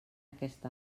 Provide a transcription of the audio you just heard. aquest